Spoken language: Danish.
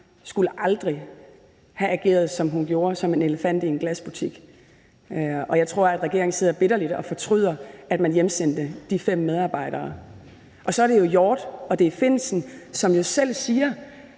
skulle have ageret, som hun gjorde – som en elefant i en glasbutik. Og jeg tror, at regeringen bitterligt fortryder, at man hjemsendte de fem medarbejdere. Og så er det jo Claus Hjort Frederiksen og Lars Findsen, som selv siger,